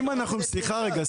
סליחה רגע,